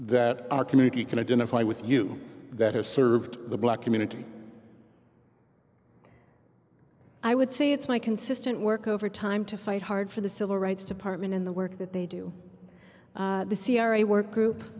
that our community can identify with you that has served the black community i would say it's my consistent work overtime to fight hard for the civil rights to partment in the work that they do the c r a work group